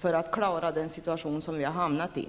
för att klara den situation som vi där har hamnat i.